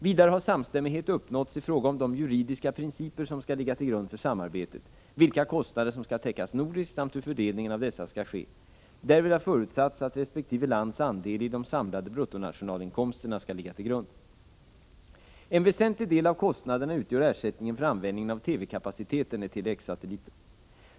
Vidare har samstämmighet uppnåtts i fråga om de juridiska principer som skall ligga till grund för samarbetet, vilka kostnader som skall täckas nordiskt samt hur fördelningen av dessa skall ske. Därvid har förutsatts att resp. lands andel i de samlade bruttonationalinkomsterna skall ligga till grund. En väsentlig del av kostnaderna utgör ersättningen för användning av TV-kapaciteten i Tele-X-satelliten.